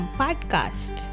podcast